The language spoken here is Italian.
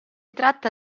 tratta